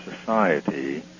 society